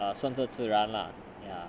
err 算作自然 lah